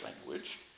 language